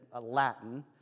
Latin